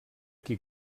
qui